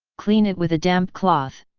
clean it with a damp cloth.